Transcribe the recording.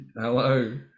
Hello